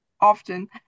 often